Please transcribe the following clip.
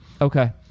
Okay